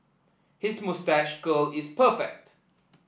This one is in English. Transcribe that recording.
his moustache curl is perfect